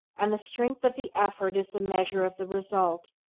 and the strength of the effort is the measure of the result.